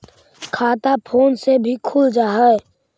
खाता फोन से भी खुल जाहै?